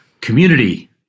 Community